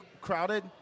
crowded